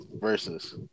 versus